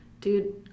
dude